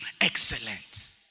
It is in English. Excellent